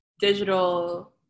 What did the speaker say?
digital